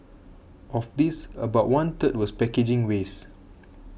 of this about one third was packaging waste